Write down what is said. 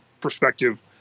perspective